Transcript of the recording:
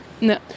no